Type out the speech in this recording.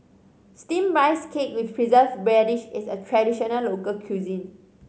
Steamed Rice Cake with Preserved Radish is a traditional local cuisine